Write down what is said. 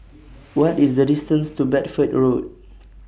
What IS The distance to Bedford Road